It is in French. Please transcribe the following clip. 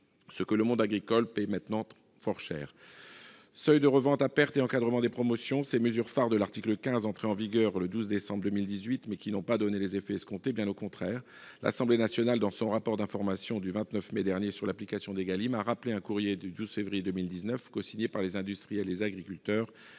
ce que le monde agricole paye maintenant fort cher. S'agissant du seuil de revente à perte et de l'encadrement des promotions, ces mesures phares de l'article 15 entrées en vigueur le 12 décembre 2018 n'ont pas donné les effets escomptés, bien au contraire. L'Assemblée nationale, dans son rapport d'information du 29 mai dernier sur l'application de la loi Égalim, a rappelé un courrier du 12 février 2019 cosigné par les industriels et les agriculteurs,